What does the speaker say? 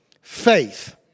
Faith